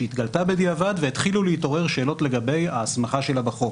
שהתגלתה בדיעבד והתחילו להתעורר שאלות לגבי ההסמכה שלה בחוק.